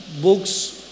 books